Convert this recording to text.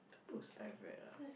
the books I've read ah